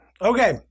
Okay